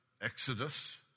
Exodus